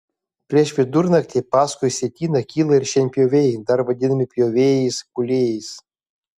prieš vidurnaktį paskui sietyną kyla ir šienpjoviai dar vadinami pjovėjais kūlėjais